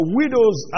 widows